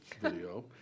video